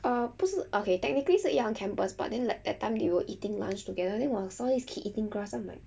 err 不是 okay technically 是一样 campus but then like that time they were eating lunch together then 我 saw this kid eating grass then I'm like